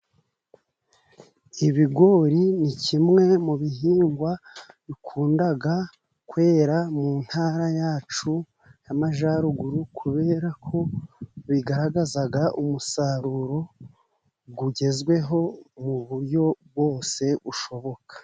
Ibigori ni kimwe mu bihingwa bikunda kwera mu ntara yacu y'amajyaruguru, kubera ko bigaragaza umusaruro ugezweho mu buryo bwose bushoboka.